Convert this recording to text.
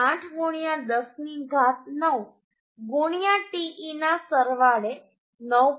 8 10 ની ઘાત 9 te ના સરવાળે 9